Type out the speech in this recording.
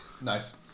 Nice